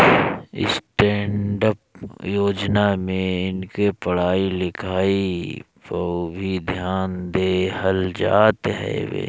stand up योजना में इनके पढ़ाई लिखाई पअ भी ध्यान देहल जात हवे